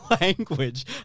language